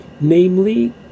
namely